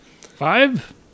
Five